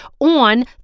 on